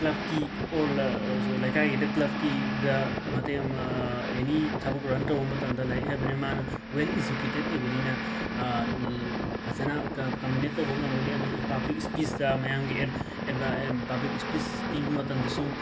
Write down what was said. ꯀ꯭ꯂꯕꯀꯤ ꯑꯣꯔ ꯂꯩꯀꯥꯏꯒꯤꯗ ꯀ꯭ꯂꯕꯀꯤꯗ ꯃꯇꯦꯡ ꯃꯥ ꯑꯦꯅꯤ ꯊꯕꯛ ꯔꯟ ꯇꯧꯕ ꯃꯇꯝꯗ ꯂꯥꯏꯔꯤꯛ ꯍꯩꯕꯅꯤꯅ ꯃꯥꯅ ꯋꯦꯜ ꯏꯖꯨꯀꯦꯇꯦꯗ ꯑꯣꯏꯕꯅꯤꯅ ꯐꯖꯅ ꯀ ꯀꯃꯨꯅꯦꯠ ꯇꯧꯕ ꯉꯝꯒꯅꯤ ꯑꯃꯗꯤ ꯄꯥꯕ꯭ꯂꯤꯛ ꯁ꯭ꯄꯤꯆꯇ ꯃꯌꯥꯝꯒꯤ ꯑꯦꯗ ꯑꯦꯗꯕ ꯄꯥꯕ꯭ꯂꯤꯛ ꯁ꯭ꯄꯤꯆ ꯄꯤꯕ ꯃꯇꯝꯗꯁꯨ